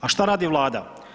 A šta radi Vlada?